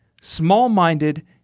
small-minded